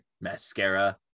mascara